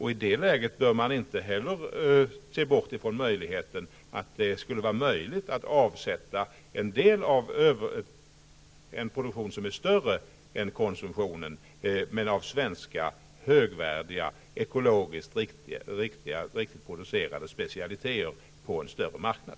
I det läget bör man inte heller bortse från att det skulle kunna vara möjligt att avsätta en produktion som är större än konsumtionen av svenska högvärdiga, ekologiskt riktigt producerade specialiteter på en större marknad.